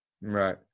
Right